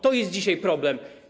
To jest dzisiaj problem.